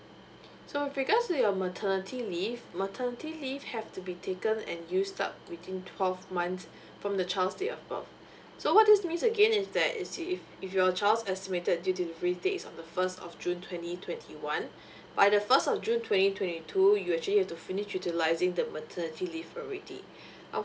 so with regards to your maternity leave maternity leave have to be taken and used up within twelve months from the child's date of birth so what this means again is that if your child's estimated due delivery date is on the first of june twenty twenty one by the first of june twenty twenty two you actually have to finish utilizing the maternity leave already